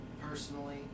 personally